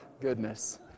goodness